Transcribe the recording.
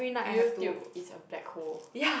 YouTube is a black hole